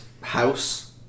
house